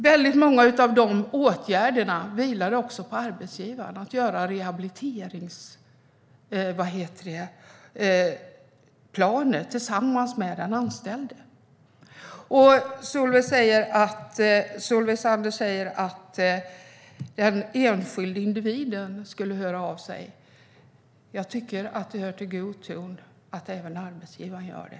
Väldigt många av dessa åtgärder vilade också på arbetsgivarna, till exempel att göra rehabiliteringsplaner tillsammans med den anställde. Solveig Zander säger att den enskilde individen skulle höra av sig. Jag tycker att det hör till god ton att även arbetsgivaren gör det.